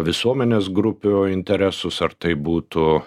visuomenės grupių interesus ar tai būtų